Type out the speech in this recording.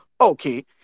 Okay